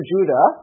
Judah